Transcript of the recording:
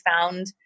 found